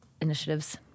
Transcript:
initiatives